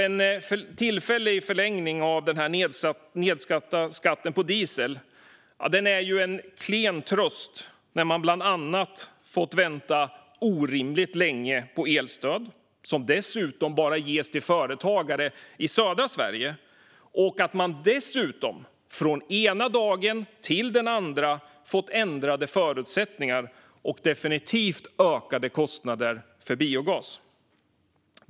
En förlängning av tillfälligt nedsatt skatt på diesel är en klen tröst när man bland annat fått vänta orimligt länge på elstöd, som dessutom bara ges till företagare i södra Sverige, och när man från den ena dagen till den andra fått ändrade förutsättningar och ökade kostnader för biogas.